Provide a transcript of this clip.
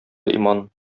иман